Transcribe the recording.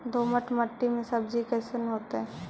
दोमट मट्टी में सब्जी कैसन होतै?